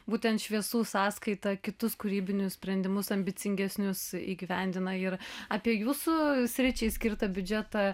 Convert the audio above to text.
būtent šviesų sąskaita kitus kūrybinius sprendimus ambicingesnius įgyvendina ir apie jūsų sričiai skirtą biudžetą